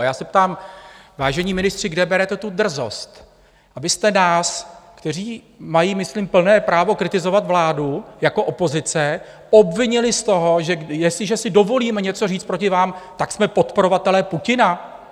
A já se ptám, vážení ministři, kde berete tu drzost, abyste nás, kteří mají myslím plné právo kritizovat vládu jako opozice, obvinili z toho, že jestliže si dovolíme něco říct proti vám, tak jsme podporovatelé Putina?